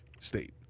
State